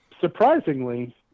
surprisingly